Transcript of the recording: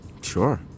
Sure